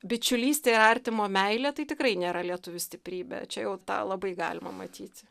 bičiulystė artimo meilė tai tikrai nėra lietuvių stiprybė čia jau tą labai galima matyti